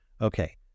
Okay